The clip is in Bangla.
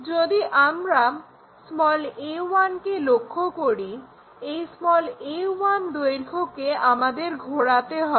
যদি আমরা a1 কে লক্ষ্য করি এই a1 দৈর্ঘ্যকে আমাদের ঘোরাতে হবে